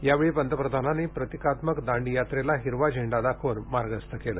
यावेळी पंतप्रधानांनी प्रतिकात्मक दांडीयात्रेला हिरवा झेंडा दाखवून मार्गस्थ केलं